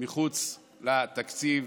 מחוץ לתקציב.